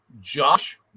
Josh